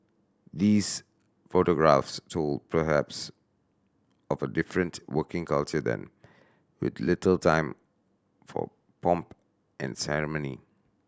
these photographs told perhaps of a different working culture then with little time for pomp and ceremony